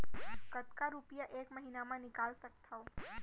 कतका रुपिया एक महीना म निकाल सकथव?